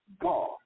God